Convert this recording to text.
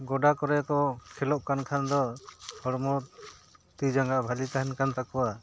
ᱜᱚᱰᱟ ᱠᱚᱨᱮ ᱠᱚ ᱠᱷᱮᱞᱳᱜ ᱠᱟᱱᱠᱷᱟᱱ ᱫᱚ ᱦᱚᱲᱢᱚ ᱛᱤ ᱡᱟᱸᱜᱟ ᱵᱷᱟᱞᱤ ᱛᱟᱦᱮᱱ ᱠᱟᱱ ᱛᱟᱠᱚᱣᱟ